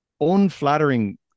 unflattering